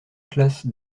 classe